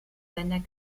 seiner